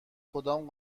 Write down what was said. کدام